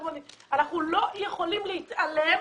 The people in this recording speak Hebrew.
אנחנו לא יכולים להתעלם